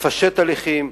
לפשט הליכים,